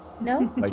no